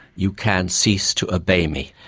you can cease to obey me.